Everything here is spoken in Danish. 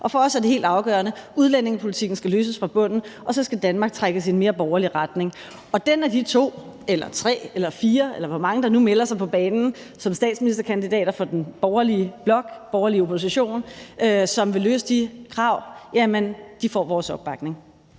Og for os er det helt afgørende: Udlændingepolitikken skal løses fra bunden, og så skal Danmark trækkes i en mere borgerlig retning. Og den af de to eller tre eller fire – eller hvor mange der nu melder sig på banen som statsministerkandidater for den borgerlige blok, den borgerlige opposition – som vil løse de krav, får vores opbakning.